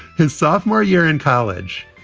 his sophomore year in college,